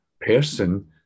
person